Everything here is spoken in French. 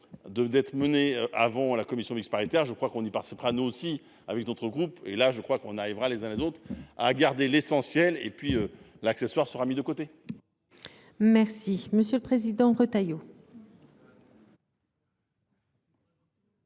d'être menée avant la commission mixte paritaire. Je crois qu'on y participera nous aussi avec d'autres groupes et là je crois qu'on arrivera à les uns les autres, a gardé l'essentiel et puis l'accessoire sera mis de côté. Merci Monsieur le Président, Retailleau.